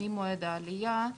ממועד העלייה,